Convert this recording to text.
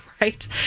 Right